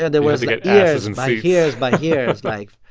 yeah there was like ah years and by years by years, like,